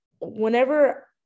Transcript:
whenever